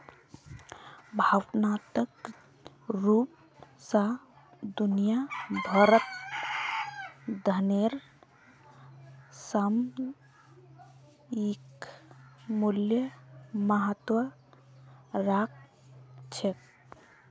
भावनात्मक रूप स दुनिया भरत धनेर सामयिक मूल्य महत्व राख छेक